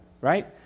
right